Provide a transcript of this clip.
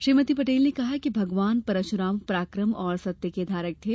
श्रीमती पटेल ने कहा कि भगवान परशुराम पराक्रम और सत्य के धारक थे